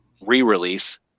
re-release